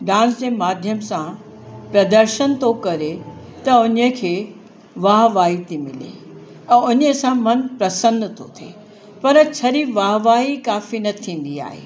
dance जे माध्यम सां प्रदर्शन थो करे त हुनखे वाह वाही थी मिले और हुनीअ सां मन प्रसन्न थो थिए पर छरी वाह वाही काफ़ी न थींदी आहे